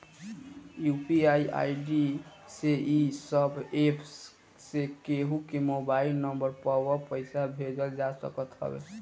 UPI ID से इ सब एप्प से केहू के मोबाइल नम्बर पअ पईसा भेजल जा सकत हवे